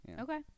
Okay